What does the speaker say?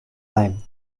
time